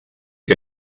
que